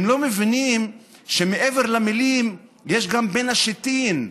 לא מבינים שמעבר למילים יש גם בין השיטין.